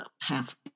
half